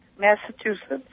Massachusetts